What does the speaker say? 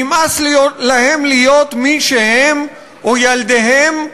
נמאס להם להיות מי שהם, או ילדיהם,